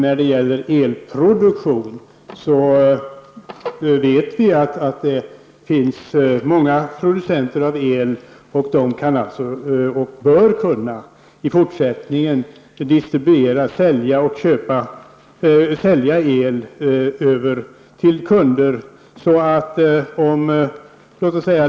När det gäller elproduktionen vet vi dock att det finns många producenter av el som kan och även i fortsättningen bör kunna distribuera och sälja el till kunder.